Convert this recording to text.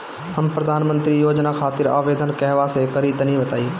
हम प्रधनमंत्री योजना खातिर आवेदन कहवा से करि तनि बताईं?